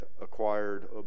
acquired